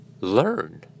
learn